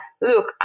look